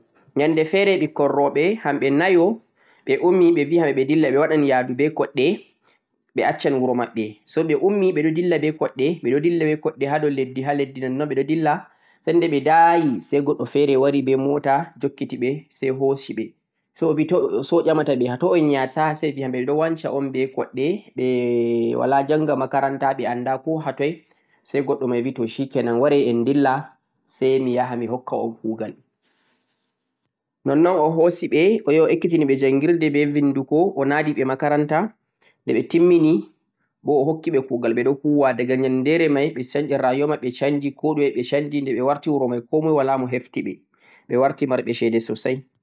nyannde feere ɓikkon ro'ɓe hamɓe nayo ɓe ummi ɓe bi ha ɓe dilla ɓe waɗan yaadu be koɗɗe ɓe accan wuro maɓɓe, say ɓe ummi ɓe ɗo dilla be koɗɗe maɓɓe ha dow leddi, ha leddi nonnon ɓe ɗo dilla sannda ɓe da'yi say goɗɗo feere wari be moota jokkiti ɓe say hoosi ɓe, say o ƴamata ɓe hato un yahata say ɓe bi mo ɓe ɗo wanca un be koɗɗe, ɓe walaa jannga 'makaranta' ɓe ko ha toy say goɗɗo bi to 'shikenan' ware en dilla say mi yaha mi hokka un kuugal. Nonnon o hoosi ɓe, o yahi o ekkitinɓe njanngirdee be binndugo, o na'di ɓe 'makaranta', de ɓe timminini bo o hokki ɓe kuugal ɓe ɗo huwa, da ga ƴanndere may yaruwa maɓɓe shanji, koɗume maɓɓe shanji, ɓe warti wuro may ko moy walaa mo hefti ɓe, ɓe warti marɓe ceede soosay.